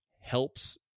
helps